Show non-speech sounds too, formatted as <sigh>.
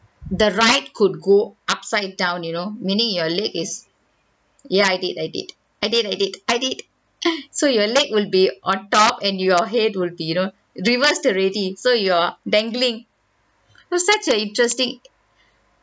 the ride could go upside down you know meaning your leg is ya I did I did I did I did I did <laughs> so your leg will be on top and your head will be you know reversed already so you're dangling was such a interesting